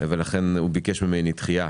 לכן הוא ביקש ממני דחייה